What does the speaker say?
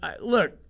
look